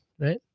right